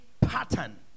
pattern